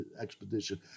expedition